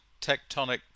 tectonic